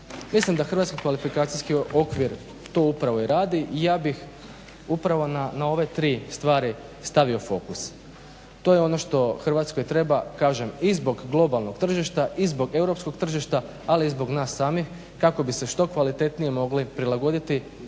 Mislim da hrvatski kvalifikacijski okvir to upravo i radi i ja bih upravo na ove tri stvari stavio fokus. To je ono što Hrvatskoj treba kažem i zbog globalnog tržišta i zbog europskog tržišta ali i zbog nas samih kako bi se što kvalitetnije mogli prilagoditi